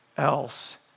else